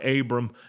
Abram